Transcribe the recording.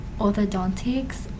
orthodontics